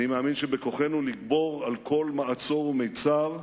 אני מאמין שבכוחנו לגבור על כל מעצור ומצר,